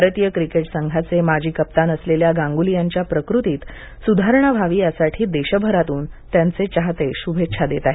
भारतीय क्रिकेट संघाचे माजी कप्तान असलेल्या गांग्ली यांच्या प्रकृतीत लवकरात लवकर सुधारणा व्हावी यासाठी देशभरातून त्यांचे चाहते शुभेच्छा देत आहेत